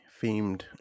themed